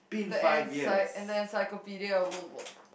the ency~ and the encyclopedia